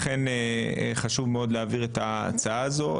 לכן חשוב מאוד להעביר את ההצעה הזו.